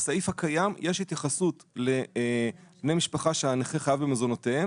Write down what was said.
בסעיף הקיים יש התייחסות לבני משפחה שהנכה חייב במזונותיהם